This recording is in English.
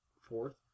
fourth